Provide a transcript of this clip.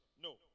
No